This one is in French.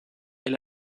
est